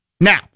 Now